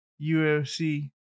UFC